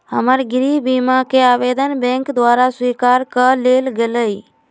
हमर गृह बीमा कें आवेदन बैंक द्वारा स्वीकार कऽ लेल गेलय